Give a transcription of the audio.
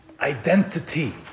Identity